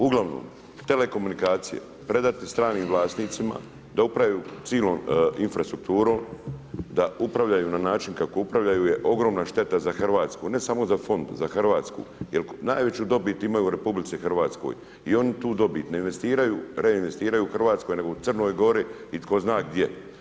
Uglavnom telekomunikacije predati stranim vlasnicima da upravljaju cijelom infrastrukturom da upravljaju na način kako upravljaju je ogromna šteta za Hrvatsku, ne samo za fond, za Hrvatsku jer najveću dobit imaju u RH i oni tu dobit ne investiraju, reinvestiraju u Hrvatskoj nego u Crnoj Gori i tko zna gdje.